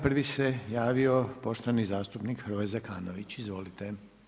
Prvi se javio poštovani zastupnik Hrvoje Zekanović, izvolite.